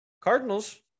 Cardinals